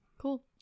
cool